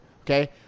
okay